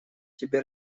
тебе